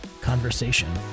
conversation